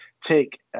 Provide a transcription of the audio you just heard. take